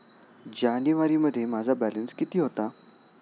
जानेवारीमध्ये माझा बॅलन्स किती होता?